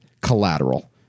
collateral